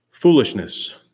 Foolishness